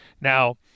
Now